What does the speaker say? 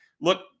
look